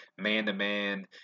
man-to-man